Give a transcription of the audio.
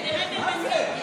לא נתקבלה.